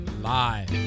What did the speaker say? live